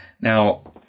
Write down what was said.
Now